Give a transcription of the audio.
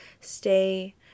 stay